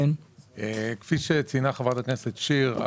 כפי שציינה חברת הכנסת שיר,